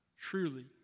truly